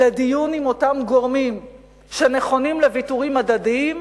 לדיון עם אותם גורמים שנכונים לוויתורים הדדיים,